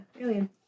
Alien